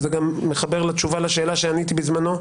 וזה גם מתחבר לתשובה לשאלה שעניתי בזמנו,